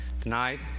tonight